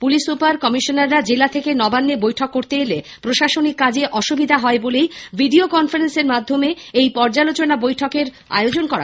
police super ও কমিশনাররা জেলা থেকে নবান্নে বৈঠক করতে এলে প্রশাসনিক কাজে অসুবিধা হয় বলেই ভিডিও কনফারেন্সের মাধ্যমে এই পর্যালোচনা বৈঠকের আয়োজন করা হচ্ছে